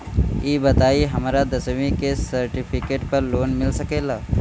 ई बताई हमरा दसवीं के सेर्टफिकेट पर लोन मिल सकेला?